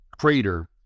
crater